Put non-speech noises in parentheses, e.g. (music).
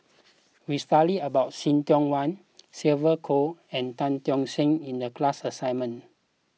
we studied about See Tiong Wah (noise) Sylvia Kho and Tan Tock San in the class assignment